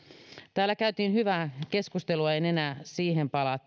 täällä käytiin hyvää keskustelua uskonnon ja kulttuurin harjoittamisesta en enää siihen palaa